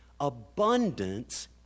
abundance